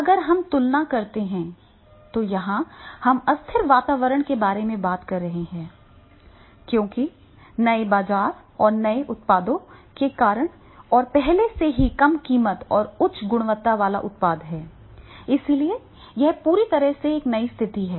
अब अगर हम तुलना करते हैं तो यहां हम अस्थिर वातावरण के बारे में बात कर रहे हैं क्योंकि नए बाजार और नए उत्पादों के कारण और पहले से ही कम कीमत और उच्च गुणवत्ता वाला उत्पाद है इसलिए यह पूरी तरह से एक नई स्थिति है